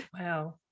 Wow